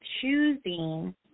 choosing